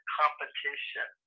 competition